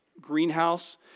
greenhouse